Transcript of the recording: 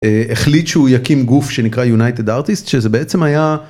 החליט שהוא יקים גוף שנקרא יונייטד ארטיסט שזה בעצם היה.